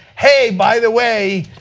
hey by the way,